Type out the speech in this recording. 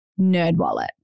Nerdwallet